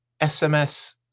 SMS